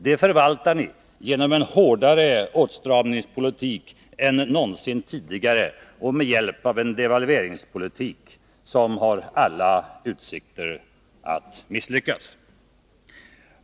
Det förvaltar ni genom en hårdare åtstramningspolitik än någonsin tidigare och med hjälp av en devalveringspolitik som har alla utsikter att misslyckas.